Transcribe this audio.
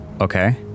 Okay